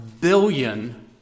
billion